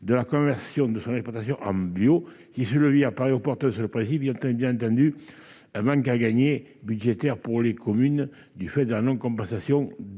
de la conversion de son exploitation au bio. Si ce levier apparaît opportun sur le principe, il entraîne bien entendu un manque à gagner budgétaire pour les communes du fait de la non-compensation